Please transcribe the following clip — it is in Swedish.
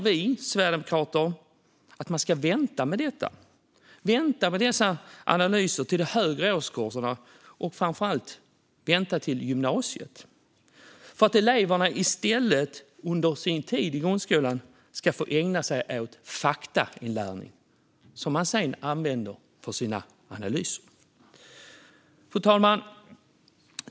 Vi sverigedemokrater menar att man ska vänta med dessa analyser till de högre årskurserna och framför allt gymnasiet, för att eleverna i stället under sin tid i grundskolan ska ägna sig åt inlärning av fakta som de sedan kan använda i sina analyser. Fru talman!